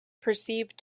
perceived